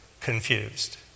confused